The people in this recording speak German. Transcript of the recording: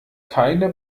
keine